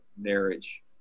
marriage